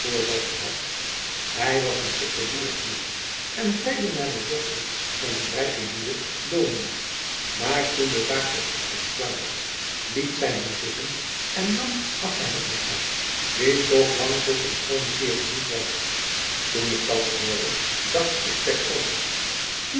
gehad hij was een fiksche boerenknaap en vrijde naar de dochter van den rijken juwe donia maar toen de zaak zoogoed als klaar was liet zij hem zitten en nam agge hettinga die toch lang zulk een schoone kerel niet was toen ik dat hoorde dacht ik terstond